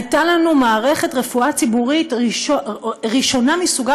הייתה לנו מערכת רפואה ציבורית ראשונה מסוגה